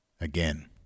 Again